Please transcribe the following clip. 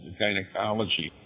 gynecology